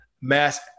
mass